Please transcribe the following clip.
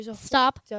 Stop